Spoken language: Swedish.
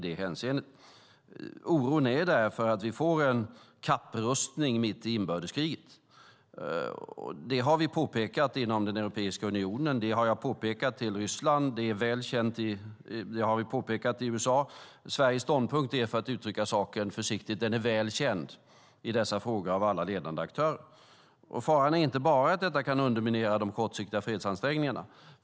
Det finns en oro för att det blir kapprustning mitt i inbördeskriget. Det har vi påpekat inom Europeiska unionen, det har jag påpekat för Ryssland och det har vi påpekat i USA. Sveriges ståndpunkt i dessa frågor är, för att uttrycka saken försiktigt, väl känd av alla ledande aktörer. Faran är inte bara att detta kan underminera de kortsiktiga fredsansträngningarna.